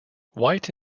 white